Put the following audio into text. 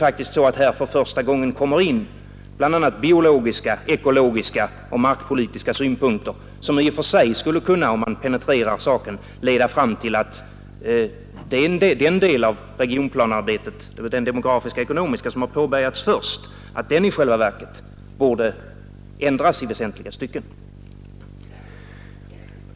För första gången kommer här in bl.a. biologiska, ekologiska och markpolitiska synpunkter, som i och för sig skulle kunna leda fram till slutsatsen att den delen av regionplanearbetet som påbörjades först — den demografiskekonomiska — i själva verket borde ändras i väsentliga stycken.